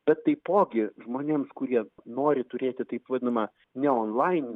bet taipogi žmonėms kurie nori turėti taip vadinamą ne on lain